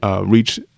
reach